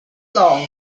long